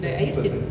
a tea person